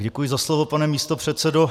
Děkuji za slovo, pane místopředsedo.